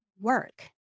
work